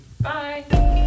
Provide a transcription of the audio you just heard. Bye